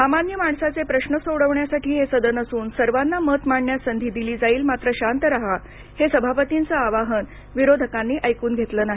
सामान्य माणसाचे प्रश्न सोडवण्यासाठी हे सदन असून सर्वांना मत मांडण्यास संधी दिली जाईल मात्र शांत रहा हे सभापतींचं आवाहन विरोधकांनी ऐकून घेतलं नाही